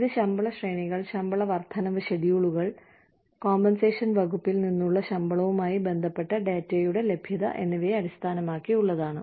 ഇത് ശമ്പള ശ്രേണികൾ ശമ്പള വർദ്ധനവ് ഷെഡ്യൂളുകൾ നഷ്ടപരിഹാര വകുപ്പിൽ നിന്നുള്ള ശമ്പളവുമായി ബന്ധപ്പെട്ട ഡാറ്റയുടെ ലഭ്യത എന്നിവയെ അടിസ്ഥാനമാക്കിയുള്ളതാണ്